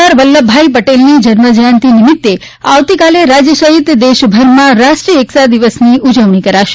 સરદાર વલ્લભભાઈ પટેલની જન્મજયંતી નિમિત્તે આવતીકાલે રાજ્ય સહિત દેશભરમાં રાષ્ટ્રીય એકતા દિવસની ઉજવણી કરાશે